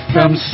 Come